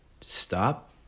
stop